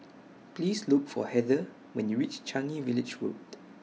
Please Look For Heather when YOU REACH Changi Village Road